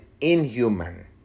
inhuman